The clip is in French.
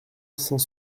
cent